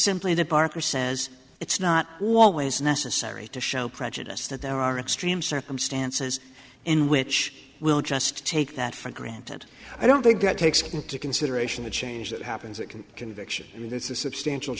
simply that parker says it's not always necessary to show prejudice that there are extreme circumstances in which we'll just take that for granted i don't think that takes into consideration the change that happens it can conviction and this is substantial